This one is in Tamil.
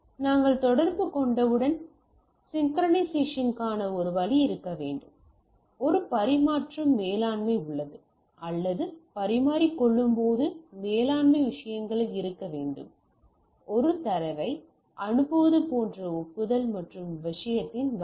நாங்கள் தொடர்பு கொண்டவுடன் சிங்க்கரனைசேஷன்க்கான ஒரு வழி இருக்க வேண்டும் ஒரு பரிமாற்ற மேலாண்மை உள்ளது அல்லது பரிமாறிக்கொள்ளும்போது மேலாண்மை விஷயங்களில் இருக்க வேண்டும் ஒரு தரவை அனுப்புவது போன்ற ஒப்புதல் மற்றும் விஷயத்தின் வகை